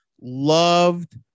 loved